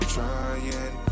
Trying